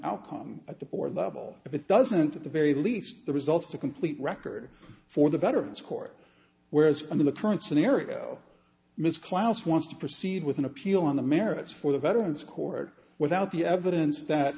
outcome at the board level if it doesn't at the very least the results a complete record for the veterans court whereas under the current scenario ms klaus wants to proceed with an appeal on the merits for the veterans court without the evidence that